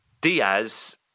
Diaz